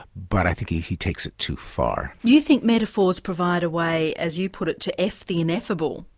but i think he he takes it too far. you think metaphors provide a way, as you put it, to eff the ineffable.